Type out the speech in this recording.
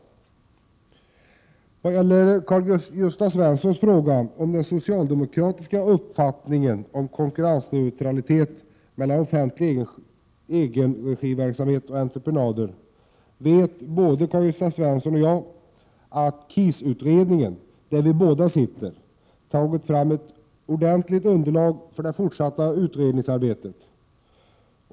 Vad gäller Karl-Gösta Svensons fråga om den socialdemokratiska uppfattningen om konkurrensneutraliteten mellan offentlig egenregiverksamhet och entreprenader vet både Karl-Gösta Svenson och jag att KIS-utredningen, där vi båda sitter, har tagit fram ett ordentligt underlag för det fortsatta utredningsarbetet.